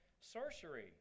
sorcery